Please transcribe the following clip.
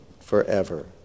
forever